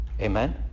Amen